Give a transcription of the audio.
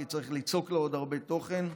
כי צריך ליצוק לה עוד הרבה תוכן.